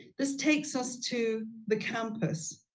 this takes us to the campus.